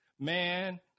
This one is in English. Man